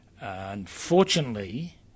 Unfortunately